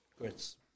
grits